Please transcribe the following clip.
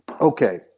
Okay